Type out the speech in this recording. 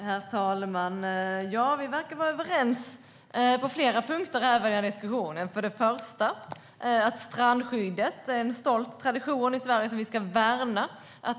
Herr talman! Vi verkar vara överens på flera punkter i den här diskussionen. Den första är att strandskyddet är en stolt tradition i Sverige som vi ska värna.